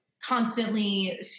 constantly